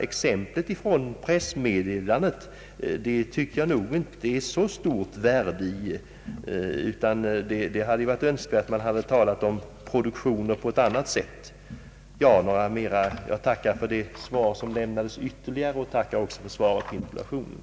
Exemplet från pressmeddelandet tillmäter jag inte så stort värde, utan det hade varit önskvärt att man hade talat om produktionen på ett annat sätt. Jag tackar för det kompletterande svaret, och jag tackar än en gång för svaret på interpellationen.